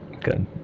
Good